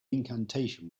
incantation